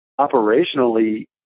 operationally